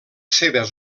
seves